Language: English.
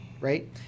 right